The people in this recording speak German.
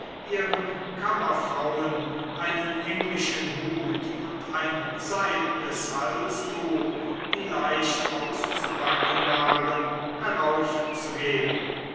ihren kammerfrauen einen englischen hut und ein seidnes halstuch die leicht auszupacken waren heraufzugeben